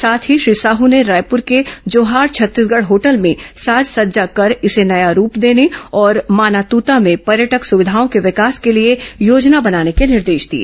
साथ ही श्री साह ने रायपूर के जोहार छत्तीसगढ़ होटल में साज सज्जा कर इसे नया रूप देने और माना तूता में पर्यटक सुविधाओं के विकास के लिए योजना बनाने के निर्देश दिए